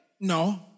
No